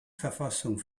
verfassung